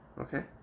Okay